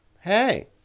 hey